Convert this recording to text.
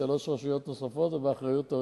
וזה נכון מאוד שבשימוע הם היו צריכים לענות על שאלות א',